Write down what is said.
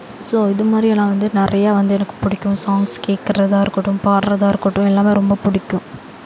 so இது மாதிரி எல்லாம் வந்து நிறையா வந்து எனக்குப் பிடிக்கும் சாங்ஸ் கேட்கறதா இருக்கட்டும் பாடுவதா இருக்கட்டும் எல்லாமே ரொம்பப் பிடிக்கும்